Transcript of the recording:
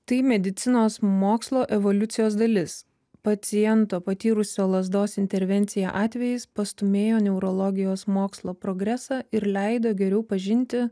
tai medicinos mokslo evoliucijos dalis paciento patyrusio lazdos intervenciją atvejis pastūmėjo neurologijos mokslo progresą ir leido geriau pažinti